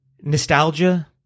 nostalgia